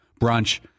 brunch